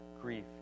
grief